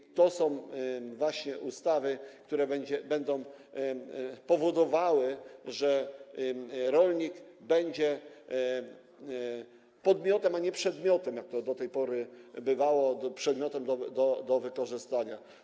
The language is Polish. I to są właśnie ustawy, które będą powodowały, że rolnik będzie podmiotem, a nie przedmiotem, jak to do tej pory bywało, przedmiotem do wykorzystania.